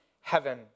heaven